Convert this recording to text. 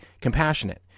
compassionate